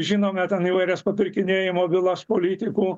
žinome ten įvairias papirkinėjimo bylas politikų